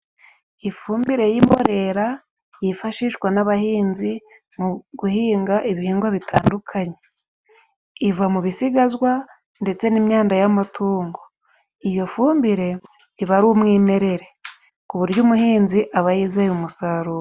Ifumbire y'imborera yifashishwa n'abahinzi mu guhinga ibihingwa bitandukanye, iva mu bisigazwa ndetse n'imyanda y'amatungo. Iyo fumbire iba ari umwimerere ku buryo umuhinzi aba yizeye umusaruro.